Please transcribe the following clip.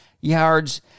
yards